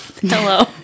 Hello